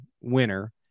winner